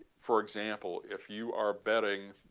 for example if you are betting